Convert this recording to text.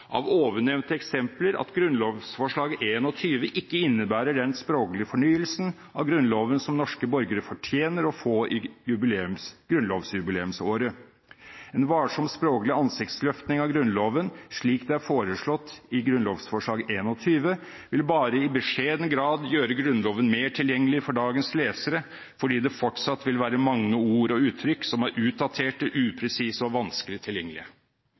av ovennevnte eksempler at grunnlovsforslag 21 ikke innebærer den språklige fornyelsen av Grunnloven som norske borgere fortjener å få i grunnlovsjubileumsåret. En varsom språklig ansiktsløftning av Grunnloven slik det er foreslått i grunnlovsforslag 21 vil bare i beskjeden grad gjøre Grunnloven mer tilgjengelig for dagens lesere fordi det fortsatt vil være mange ord og uttrykk som er utdaterte, upresise og vanskelig tilgjengelige.»